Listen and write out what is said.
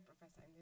professor